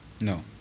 No